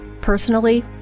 Personally